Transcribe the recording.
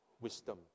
wisdom